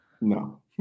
No